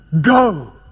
Go